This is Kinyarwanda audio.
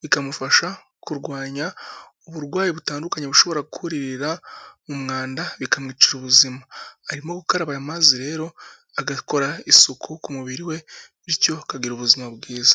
bikamufasha kurwanya uburwayi butandukanye bushobora kuririra umwanda bikamwicira ubuzima, arimo gukaraba aya mazi rero agakora isuku ku mubiri we, bityo akagira ubuzima bwiza.